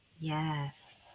yes